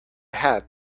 had